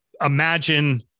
imagine